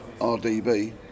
RDB